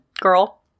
girl